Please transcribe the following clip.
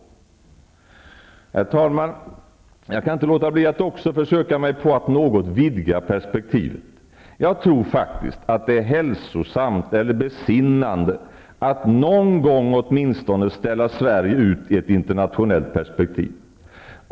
Herr talman! Jag kan inte låta bli att också försöka mig på att något vidga perspektivet. Jag tror faktiskt att det är hälsosamt eller besinnande att åtminstone någon gång ställa ut Sverige i ett internationellt perspektiv.